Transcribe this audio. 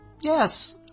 Yes